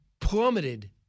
plummeted